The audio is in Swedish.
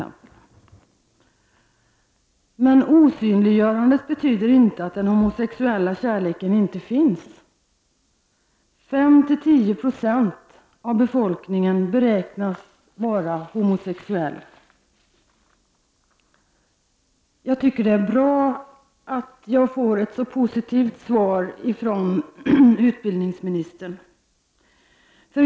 Men osynliggörandet betyder inte att den homosexuella kärleken inte finns; 5-10 26 av befolkningen beräknas vara homosexuell. Jag tycker det är bra att jag har fått ett så positivt svar från utbildningsministern.